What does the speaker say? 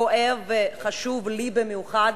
כואב וחשוב לי במיוחד,